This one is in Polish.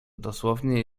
dosłownie